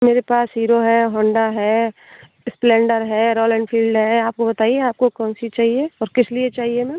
मेरे पास हीरो है होंडा है इस्प्लेंडर है रॉयल एनफील्ड है आपको बताइए आपको कौनसी चाहिए और किसलिए चाहिए मैम